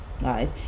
right